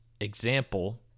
example